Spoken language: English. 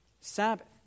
Sabbath